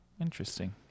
Interesting